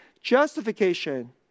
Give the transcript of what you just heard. Justification